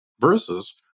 Versus